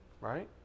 right